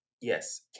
Yes